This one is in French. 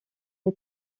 les